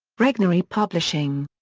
regnery publishing.